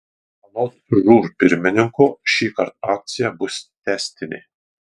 anot žūr pirmininko šįkart akcija bus tęstinė